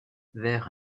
vers